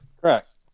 correct